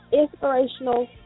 inspirational